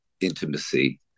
intimacy